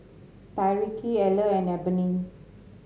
Tyreke Eller and Ebony